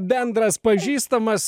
bendras pažįstamas